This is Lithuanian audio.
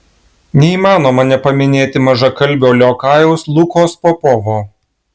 neįmanoma nepaminėti mažakalbio liokajaus lukos popovo